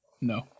No